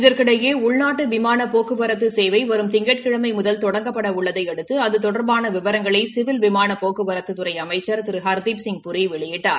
இதற்கிடையே உள்நாட்டு விமான போக்குவரத்து சேவை வரும் திங்கட்கிழமை முதல் தொடங்கப்படவுள்ளதை அடுத்து அது தொடர்பான விவரங்களை சிவில் விமான போக்குவரத்துத்துறை அமைச்சர் திரு ஹர்தீப் சிங் பூரி வெளியிட்டார்